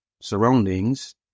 surroundings